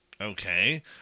Okay